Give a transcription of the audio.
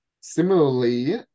Similarly